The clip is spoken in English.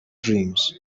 dreams